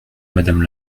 madame